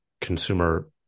consumer